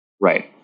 Right